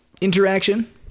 interaction